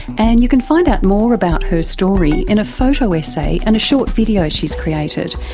and you can find out more about her story in a photo essay and a short video she's created.